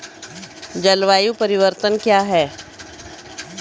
जलवायु परिवर्तन कया हैं?